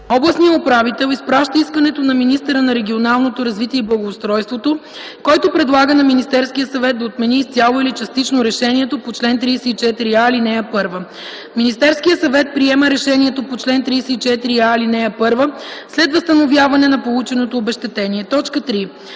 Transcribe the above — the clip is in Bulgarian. Областният управител изпраща искането на министъра на регионалното развитие и благоустройството, който предлага на Министерския съвет да отмени изцяло или частично решението по чл. 34а, ал. 1. Министерският съвет приема решението по чл. 34а, ал. 1 след възстановяване на полученото обезщетение.” 3.